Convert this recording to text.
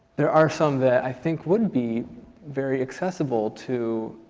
there are some that i think wouldn't be very accessible to